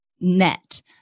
net